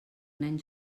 nen